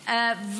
גבוהה?